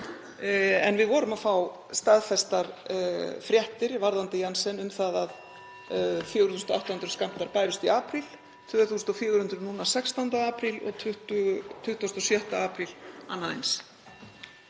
En við vorum að fá staðfestar fréttir varðandi Janssen um að 4.800 skammtar bærust í apríl, 2.400 núna 16. apríl og 26. apríl annað eins.